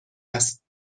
است